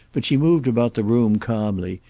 but she moved about the room calmly,